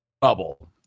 bubble